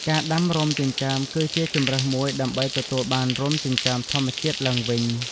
ការដាំរោមចិញ្ចើមគឺជាជម្រើសមួយដើម្បីទទួលបានរោមចិញ្ចើមធម្មជាតិឡើងវិញ។